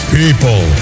people